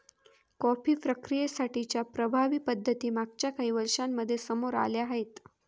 coffee प्रक्रियेसाठी च्या प्रभावी पद्धती मागच्या काही वर्षांमध्ये समोर आल्या आहेत